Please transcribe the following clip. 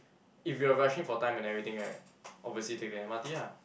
if you are rushing for time and everything right obviously take the M_R_T ah